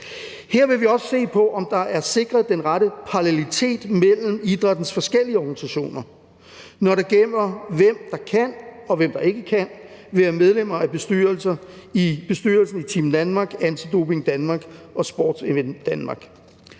Her vil vi også se på, om der er sikret den rette parallelitet mellem idrættens forskellige organisationer, når det gælder, hvem der kan og hvem der ikke kan være medlemmer af bestyrelserne for Team Danmark, Anti Doping Danmark og Sport Event Denmark.